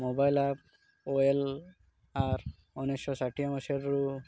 mobile app ଓ L R ଉଣେଇଶିଶହ ଷାଠିଏ ମସିହାରୁ